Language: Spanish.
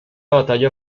batalla